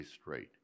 straight